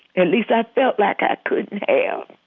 at least i felt like i could fail.